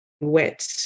wet